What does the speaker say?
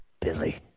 Billy